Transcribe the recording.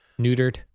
neutered